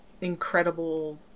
incredible